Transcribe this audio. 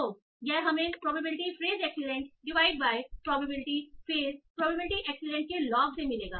तो यह हमें probability phrase excellent divide by probability phrase probability excellent के लॉग से मिलेगा